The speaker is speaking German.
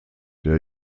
der